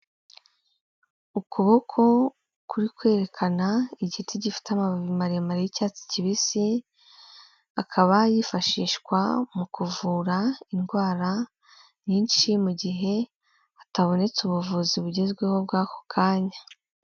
Ukuboko kuri kwerekana igiti gifite amababi maremare y'icyatsi kibisi, akaba yifashishwa mu kuvura indwara nyinshi mu gihe hatabonetse ubuvuzi bugezweho bw'ako kanya.